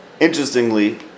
Interestingly